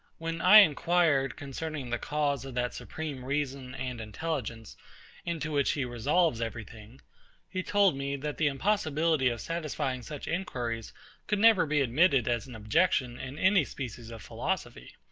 when i inquired concerning the cause of that supreme reason and intelligence into which he resolves every thing he told me, that the impossibility of satisfying such inquiries could never be admitted as an objection in any species of philosophy.